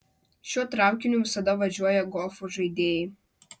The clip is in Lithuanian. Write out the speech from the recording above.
šiuo traukiniu visada važiuoja golfo žaidėjai